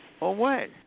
away